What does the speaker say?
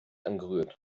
angerührt